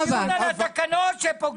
לא, דיון על התקנות שפוגע גם בחוק.